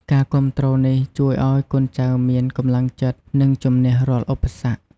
ការគាំទ្រនេះជួយឲ្យកូនចៅមានកម្លាំងចិត្ត និងជំនះរាល់ឧបសគ្គ។